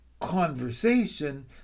conversation